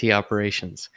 operations